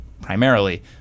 primarily